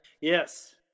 Yes